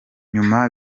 nyuma